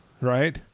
right